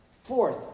Fourth